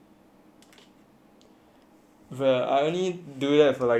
well I only do that for like an hour a day not even